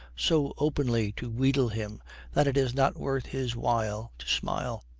so openly to wheedle him that it is not worth his while to smile.